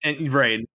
Right